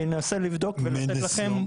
אני אנסה לבדוק ולתת לכם מועד.